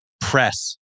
press